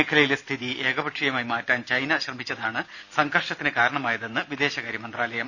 മേഖലയിലെ സ്ഥിതി ഏകപക്ഷീയമായി മാറ്റാൻ ചൈന ശ്രമിച്ചതാണ് സംഘർഷത്തിന് കാരണമായതെന്ന് വിദേശകാര്യ മന്ത്രാലയം